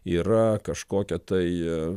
yra kažkokia tai